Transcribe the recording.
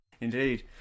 indeed